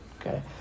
Okay